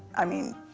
i mean,